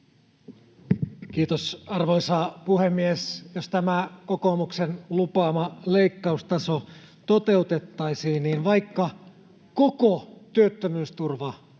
Kiitos, arvoisa puhemies! Jos tämä kokoomuksen lupaama leikkaustaso toteutettaisiin, niin vaikka koko työttömyysturva